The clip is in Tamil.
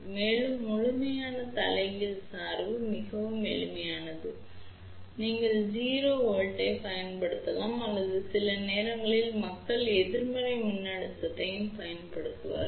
மேலும் முழுமையான தலைகீழ் சார்பு மிகவும் எளிதானது நீங்கள் 0 V ஐப் பயன்படுத்தலாம் அல்லது சில நேரங்களில் மக்கள் எதிர்மறை மின்னழுத்தத்தையும் பயன்படுத்துவார்கள்